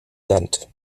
sand